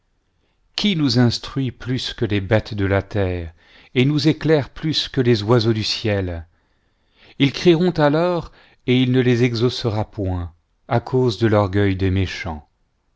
qui noi s instruit plus que les bêtes de la terre et nous éclaire plus que les oiseaux du ciel ils crieront alors et il ne les exaucera point à cause de-l'orgueil des méchants